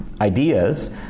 ideas